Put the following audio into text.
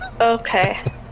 okay